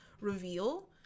reveal